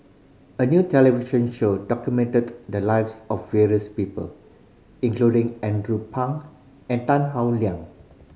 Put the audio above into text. a new television show documented the lives of various people including Andrew Phang and Tan Howe Liang